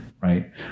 right